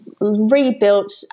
rebuilt